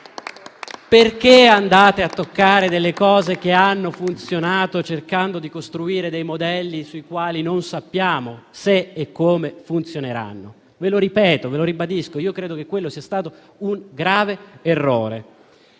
Perché andate a toccare cose che hanno funzionato, cercando di costruire modelli che non sappiamo se e come funzioneranno? Ve lo ripeto: credo che quello sia stato un grave errore.